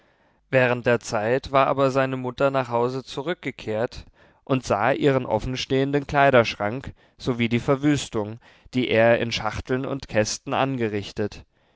während der zeit war aber seine mutter nach hause zurückgekehrt und sah ihren offenstehenden kleiderschrank sowie die verwüstung die er in schachteln und kästen angerichtet